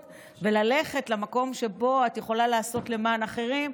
וללכת למקום שבו את יכולה לעשות למען אחרים.